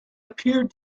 appeared